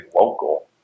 local